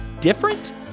Different